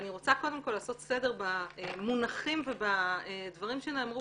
אני רוצה קודם כל לעשות סדר במונחים ובדברים שנאמרו